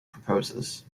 proposes